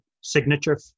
signature